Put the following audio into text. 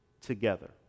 together